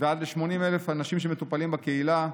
ועד 80,000 אנשים שמטופלים בקהילה,